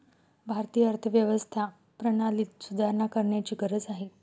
भारतीय अर्थव्यवस्था प्रणालीत सुधारणा करण्याची गरज आहे